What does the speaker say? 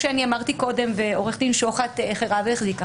כמו שאמרתי קודם ועורך דין שוחט החרה והחזיק אחריי,